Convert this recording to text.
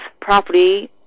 property